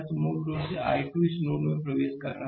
तो मूल रूप से यह I2 इस नोड पर प्रवेश कर रहा है